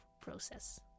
process